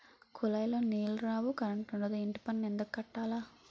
కులాయిలో నీలు రావు కరంటుండదు ఇంటిపన్ను ఎందుక్కట్టాల